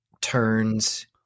turns